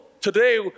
today